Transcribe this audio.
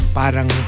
parang